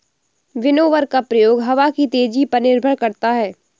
winnower का प्रयोग हवा की तेजी पर निर्भर करता है